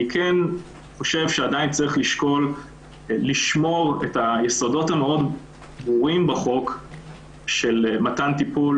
עדין צריך לשמור את היסודות הברורים בחוק של מתן טיפול